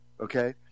Okay